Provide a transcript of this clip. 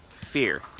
fear